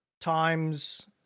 times